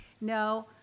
no